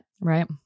Right